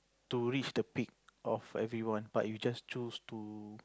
to reach the peak of everyone but you just choose to